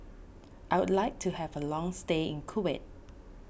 I would like to have a long stay in Kuwait